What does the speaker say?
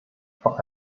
vor